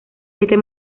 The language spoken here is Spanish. este